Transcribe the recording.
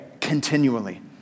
continually